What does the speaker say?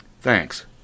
Thanks